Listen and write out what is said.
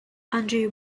andrew